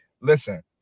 Listen